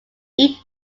eat